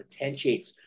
potentiates